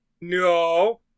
no